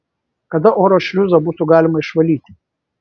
kada oro šliuzą būtų galima išvalyti